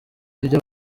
n’ibyo